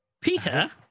Peter